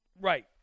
Right